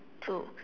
two